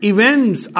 Events